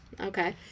okay